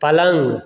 पलङ्ग